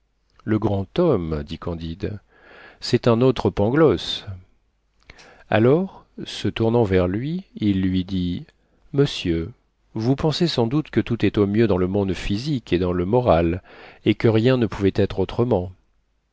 le grand homme dit candide c'est un autre pangloss alors se tournant vers lui il lui dit monsieur vous pensez sans doute que tout est au mieux dans le monde physique et dans le moral et que rien ne pouvait être autrement